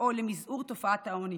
לפעול למזעור תופעת העוני